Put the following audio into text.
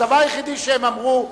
הדבר היחידי שהם אמרו,